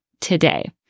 today